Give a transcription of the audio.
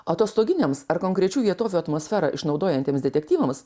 atostoginiams ar konkrečių vietovių atmosferą išnaudojantiems detektyvams